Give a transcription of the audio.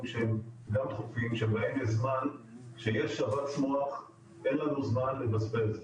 שהם גם דחופים שבהם יש זמן - כשיש שבץ מוח אין לנו זמן לבזבז.